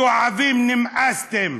מתועבים, נמאסתם.